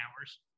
hours